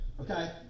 okay